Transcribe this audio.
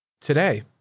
Today